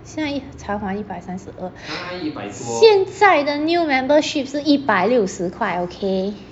现在一才还一百三十现在的 new membership 是一百六十块 okay